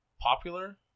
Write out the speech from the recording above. popular